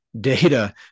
data